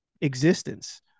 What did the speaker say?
existence